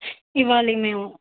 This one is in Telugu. ఇవ్వాలి మేము